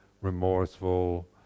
remorseful